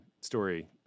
story